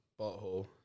Butthole